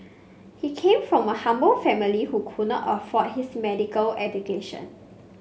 he came from a humble family who could not afford his medical education